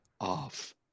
off